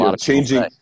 changing